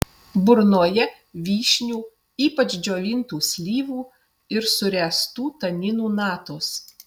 burnoje vyšnių ypač džiovintų slyvų ir suręstų taninų natos